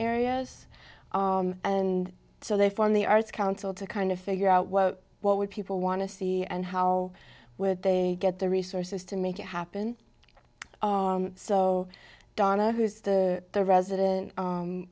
areas and so they form the arts council to kind of figure out what what would people want to see and how would they get the resources to make it happen so donna who's the the resident